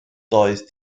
doedd